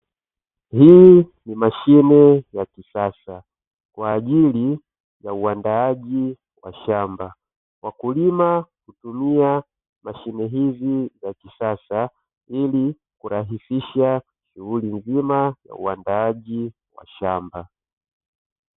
Hizi ni mashine za kisasa kwa ajili ya uandaaji wa mashamba. Wakulima hutumia mashine hizi za kisasa ili kurahisisha shughuli nzima ya uandaaji wa mashamba.